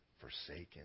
forsaken